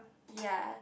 ya